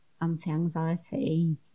anti-anxiety